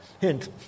Hint